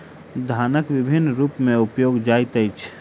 धनक विभिन्न रूप में उपयोग जाइत अछि